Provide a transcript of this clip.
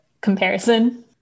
comparison